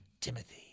Timothy